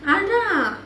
அதான்:athaan